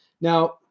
Now